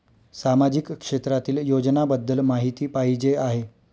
सामाजिक क्षेत्रातील योजनाबद्दल माहिती पाहिजे आहे?